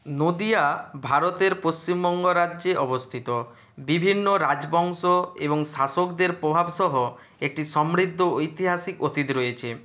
নদীয়া ভারতের পশ্চিমবঙ্গ রাজ্যে অবস্থিত বিভিন্ন রাজবংশ এবং শাসকদের প্রভাবসহ একটি সমৃদ্ধ ঐতিহাসিক অতীত রয়েছে